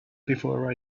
before